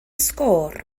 sgôr